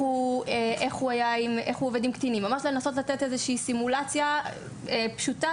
הוא עובד עם קטינים; תנסו לתת איזו שהיא סימולציה פשוטה,